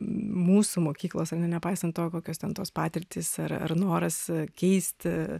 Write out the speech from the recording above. mūsų mokyklos ar ne nepaisant to kokios ten tos patirtys ar ar noras keisti